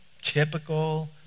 typical